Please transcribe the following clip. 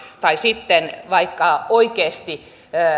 tai sitten vaikka oikeasti